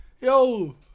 Yo